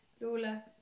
Lola